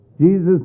Jesus